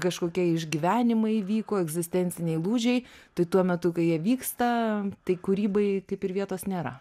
kažkokie išgyvenimai įvyko egzistenciniai lūžiai tai tuo metu kai jie vyksta tai kūrybai kaip ir vietos nėra